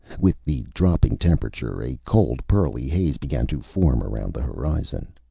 with the dropping temperature, a cold pearly haze began to form around the horizon.